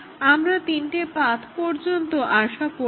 আমরা তিনটে পাথ পর্যন্ত আশা করব